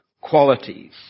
qualities